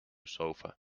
sofa